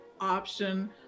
option